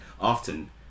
often